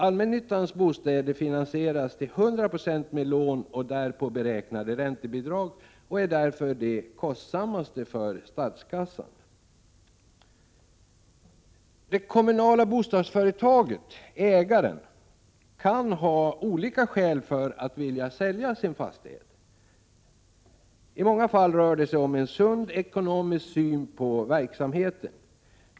Allmännyttans bostäder finansieras till 100 96 med lån och därpå beräknade räntebidrag och är därför de kostsammaste för statskassan. Det kommunala bostadsföretaget, ägaren, kan ha olika skäl för att vilja sälja en fastighet. I många fall rör det sig om en sund ekonomisk syn på verksamheten.